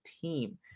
team